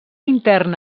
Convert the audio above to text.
intern